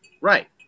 right